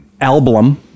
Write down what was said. album